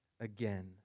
again